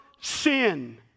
sin